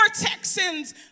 Texans